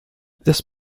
this